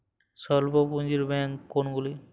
স্বল্প পুজিঁর ব্যাঙ্ক কোনগুলি?